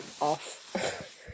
off